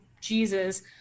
Jesus